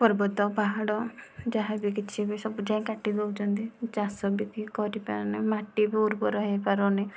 ପର୍ବତ ପାହାଡ଼ ଯାହା ବି କିଛି ବି ସବୁ ଯାକ କାଟିଦେଉଛନ୍ତି ଚାଷ ବି କରିପାରୁନାହିଁ ମାଟି ବି ଉର୍ବର ହୋଇପାରୁନାହିଁ